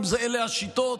אם אלה השיטות.